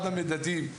אחד המדדים,